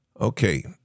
Okay